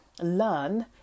learn